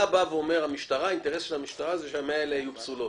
אתה בא ואומר: האינטרס של המשטרה זה שה-100 האלו יהיו פסולות.